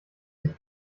sich